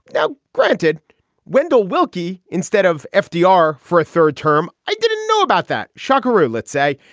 now, granted wendell willkie instead of fdr for a third term. i didn't know about that, shakara, let's say.